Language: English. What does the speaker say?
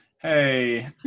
hey